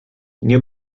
nie